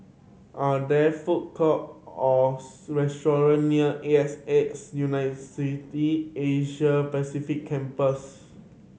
are there food courts or restaurants near A X A University Asia Pacific Campus